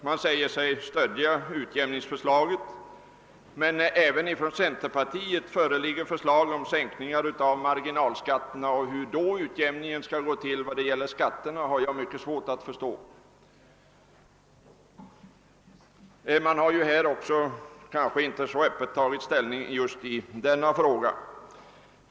Man säger sig stödja utjämningsförslaget, men även från centerpartiet föreligger förslag om sänkningar av marginalskatterna. Hur utjämningen då skall gå till när det gäller skatterna har jag mycket svårt att förstå. Centerpartiet har kanske inte heller så öppet tagit ställning just i denna fråga.